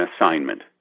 assignment